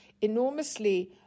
enormously